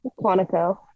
Quantico